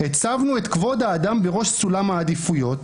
הצבנו את כבוד האדם בראש סולם העדיפויות,